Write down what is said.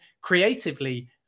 creatively